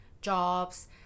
jobs